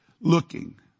looking